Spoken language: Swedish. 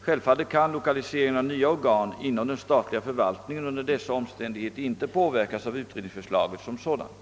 Självfallet kan lokaliseringen av nya organ inom den statliga förvaltningen under dessa omständigheter inte påverkas av utredningsförslaget som sådant.